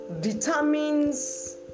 determines